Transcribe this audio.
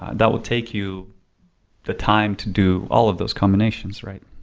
that will take you the time to do all of those combinations, right?